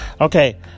Okay